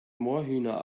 moorhühner